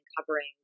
covering